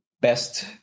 best